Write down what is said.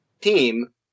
team